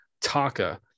Taka